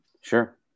sure